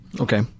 Okay